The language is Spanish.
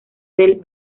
del